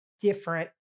different